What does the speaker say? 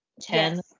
ten